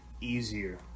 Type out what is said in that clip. easier